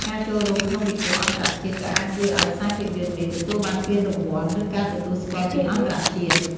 ការចូលរួមក្នុងពិព័រណ៍អន្តរជាតិក៏អាចជួយឱ្យខ្សែភាពយន្តនេះទទួលបានពានរង្វាន់ ឬការទទួលស្គាល់ពីអន្តរជាតិ។